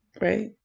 right